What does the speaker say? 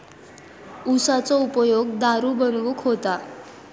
उसाचो उपयोग दारू बनवूक होता